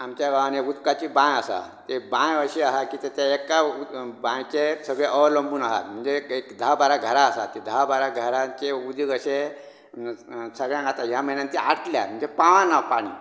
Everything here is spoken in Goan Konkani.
आमच्या गांवान एक उदकाची बांय आसा ती बांय अशी आहा की एका बांयचेर सगळें अवलंबून आसात धा बारा घरां आसात धा बारा घरांचे उदीक अशें सगळ्यांक आता आटल्यात म्हजे पावना पाणी